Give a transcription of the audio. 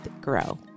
Grow